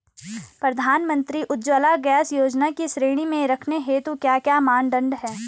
प्रधानमंत्री उज्जवला गैस योजना की श्रेणी में रखने हेतु क्या क्या मानदंड है?